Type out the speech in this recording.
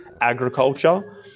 agriculture